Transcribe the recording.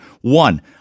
One